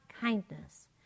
kindness